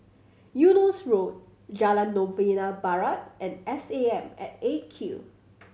Eunos Road Jalan Novena Barat and S A M at Eight Q